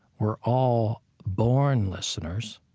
we're all born listeners.